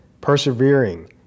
persevering